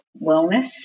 wellness